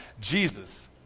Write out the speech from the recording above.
Jesus